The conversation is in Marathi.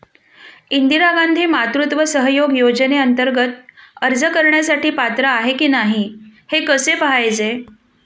इंदिरा गांधी मातृत्व सहयोग योजनेअंतर्गत अर्ज करण्यासाठी पात्र आहे की नाही हे कसे पाहायचे?